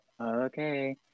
okay